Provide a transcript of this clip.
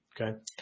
Okay